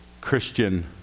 Christian